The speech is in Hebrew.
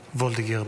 וולדיגר,